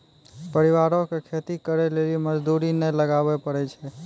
परिवारो के खेती करे लेली मजदूरी नै लगाबै पड़ै छै